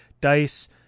Dice